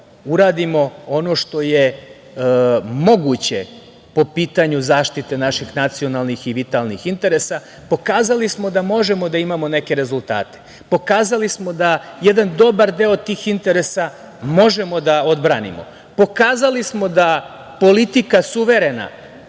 uradimo ono što je moguće po pitanju zaštite naših nacionalnih i vitalnih interesa. Pokazali smo da možemo da imamo neke rezultate, pokazali smo da jedan dobar deo tih interesa možemo odbranimo, pokazali smo da politika suverena